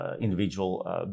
individual